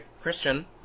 Christian